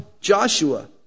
Joshua